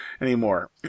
anymore